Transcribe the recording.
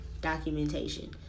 documentation